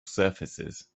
surfaces